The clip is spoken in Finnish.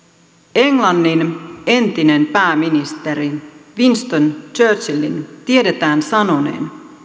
englannin entisen pääministeri winston churchillin tiedetään sanoneen